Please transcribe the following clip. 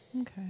Okay